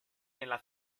nella